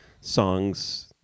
songs